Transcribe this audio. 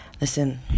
Listen